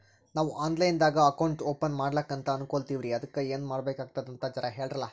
ನಾವು online ದಾಗ account open ಮಾಡ್ಲಕಂತ ಅನ್ಕೋಲತ್ತೀವ್ರಿ ಅದಕ್ಕ ಏನ ಮಾಡಬಕಾತದಂತ ಜರ ಹೇಳ್ರಲ?